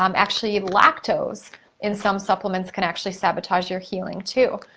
um actually, lactose in some supplements can actually sabotage your healing too.